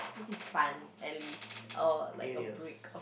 this is fun at least or like a break